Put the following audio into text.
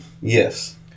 Yes